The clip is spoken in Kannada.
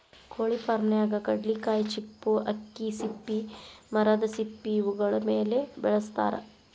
ಕೊಳಿ ಫಾರ್ಮನ್ಯಾಗ ಕಡ್ಲಿಕಾಯಿ ಚಿಪ್ಪು ಅಕ್ಕಿ ಸಿಪ್ಪಿ ಮರದ ಸಿಪ್ಪಿ ಇವುಗಳ ಮೇಲೆ ಬೆಳಸತಾರ